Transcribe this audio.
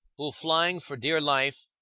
who flying for dear life,